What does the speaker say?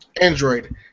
Android